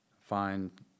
find